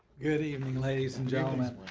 good evening, ladies and gentlemen.